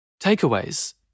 Takeaways